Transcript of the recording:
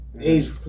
Age